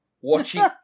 watching